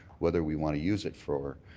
whether we want to use it for